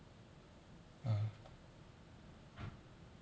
uh